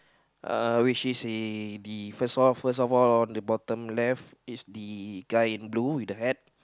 uh which is a the first off first of all on the bottom left it's the guy in blue with the hat